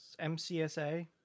MCSA